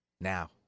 Now